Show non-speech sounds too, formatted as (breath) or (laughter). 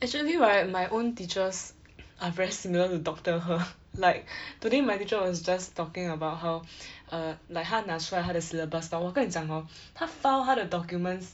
actually right my own teachers (coughs) are very similar to doctor Herr like (breath) today my teacher was just talking about how err like 他拿出来他的 syllabus but 我跟你讲 hor 他 file 他的 documents